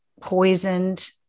poisoned